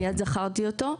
מיד זכרתי אותו.